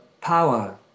power